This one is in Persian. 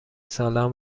سالهام